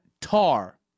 tar